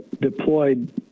deployed